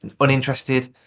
uninterested